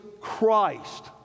Christ